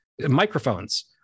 microphones